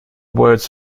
words